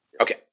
Okay